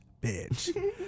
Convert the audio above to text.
bitch